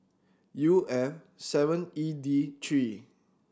U F seven E D three